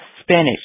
spinach